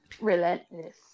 relentless